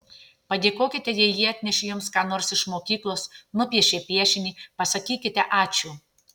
padėkokite jei jie atnešė jums ką nors iš mokyklos nupiešė piešinį pasakykite ačiū